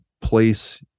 place